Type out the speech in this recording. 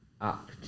up